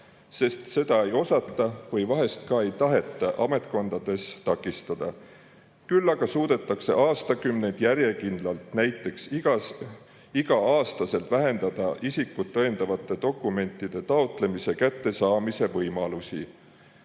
sest neid ei osata või vahest ka ei taheta ametkondades takistada. Küll aga suudetakse järjekindlalt igal aastal aastakümneid vähendada isikut tõendavate dokumentide taotlemise ja kättesaamise võimalusi,